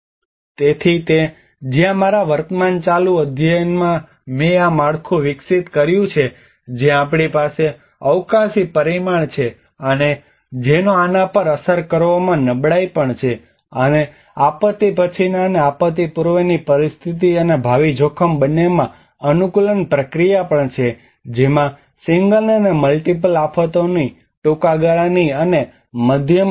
તેથી તે છે જ્યાં મારા વર્તમાન ચાલુ અધ્યયનમાં મેં આ માળખું વિકસિત કર્યું છે જ્યાં આપણી પાસે અવકાશી પરિમાણ છે અને જેનો આના પર અસર કરવામાં નબળાઈ પણ છે અને આપત્તિ પછીના અને આપત્તિ પૂર્વેની પરિસ્થિતિ અને ભાવિ જોખમ બંનેમાં અનુકૂલન પ્રક્રિયા પણ છે જેમાં સિંગલ અને મલ્ટીપલ આફતોની ટૂંકા ગાળાની અને મધ્યમ અવધિ છે